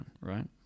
right